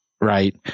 right